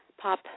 Pop